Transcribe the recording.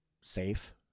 safe